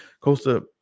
Costa